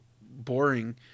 boring